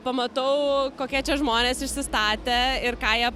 pamatau kokie čia žmonės išsistatę ir ką jie